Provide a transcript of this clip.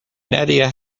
nadia